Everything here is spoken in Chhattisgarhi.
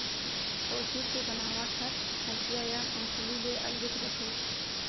पौंसुल के बनावट हर हँसिया या हँसूली ले अलगेच रथे